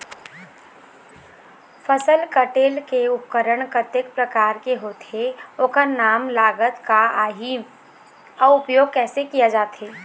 फसल कटेल के उपकरण कतेक प्रकार के होथे ओकर नाम लागत का आही अउ उपयोग कैसे किया जाथे?